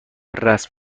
رسم